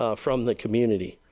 ah from the community.